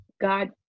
God